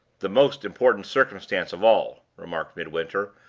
the most important circumstance of all, remarked midwinter,